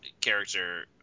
character